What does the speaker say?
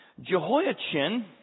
Jehoiachin